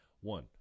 one